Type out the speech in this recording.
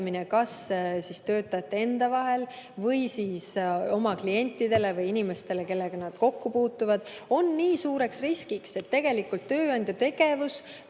kas töötajate endi vahel või klientidele või inimestele, kellega nad kokku puutuvad, on nii suur risk, et tööandja tegevus